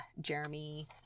Jeremy